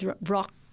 rock